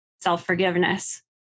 self-forgiveness